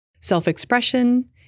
self-expression